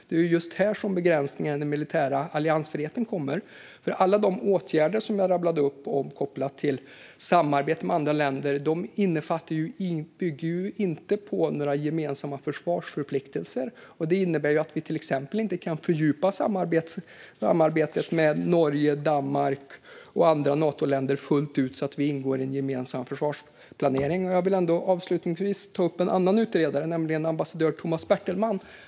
Det är just här som begränsningen i den militära alliansfriheten blir tydlig, för alla de åtgärder jag rabblade upp kopplade till samarbeten med andra länder bygger ju inte på några gemensamma försvarsförpliktelser. Detta innebär att vi till exempel inte kan fördjupa samarbetet med Norge, Danmark och andra Natoländer fullt ut så att vi ingår i en gemensam försvarsplanering. Avslutningsvis ska jag ta upp en annan utredare, ambassadör Tomas Bertelman.